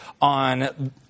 on